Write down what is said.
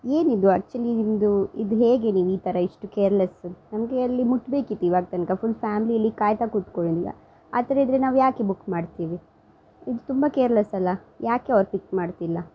ಏನಿದು ಆಕ್ಚುಲಿ ನಿಮ್ದು ಇದು ಹೇಗೆ ನೀವು ಈ ಥರ ಇಷ್ಟು ಕೇರ್ಲೆಸ್ ನಮಗೆ ಅಲ್ಲಿ ಮುಟ್ಬೇಕಿತ್ತು ಇವಾಗ ತನಕ ಫುಲ್ ಫ್ಯಾಮ್ಲಿ ಇಲ್ಲಿ ಕಾಯ್ತಾ ಕುತ್ಕೊಂಡಿದೆ ಆ ಥರ ಇದ್ರೆ ನಾವ್ಯಾಕೆ ಬುಕ್ ಮಾಡ್ತಿವಿ ಇದು ತುಂಬ ಕೇರ್ಲೆಸ್ ಅಲ್ಲಾ ಯಾಕೆ ಅವ್ರು ಪಿಕ್ ಮಾಡ್ತಿಲ್ಲ